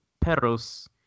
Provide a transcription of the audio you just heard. Perros